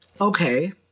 Okay